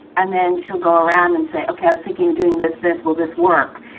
and then she'll go around and say, ok, i was thinking doing this, this will this work?